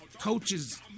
coaches